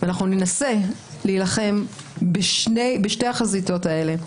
אנחנו ננסה להילחם בשתי החזיתות האלה,